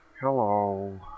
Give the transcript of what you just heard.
Hello